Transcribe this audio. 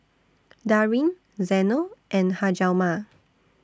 Darryn Zeno and Hjalmar